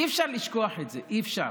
אי-אפשר לשכוח את זה, אי-אפשר,